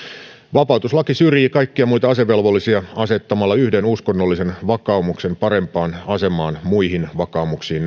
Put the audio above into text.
vapautuslaki syrjii kaikkia muita asevelvollisia asettamalla yhden uskonnollisen vakaumuksen parempaan asemaan muihin vakaumuksiin